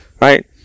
right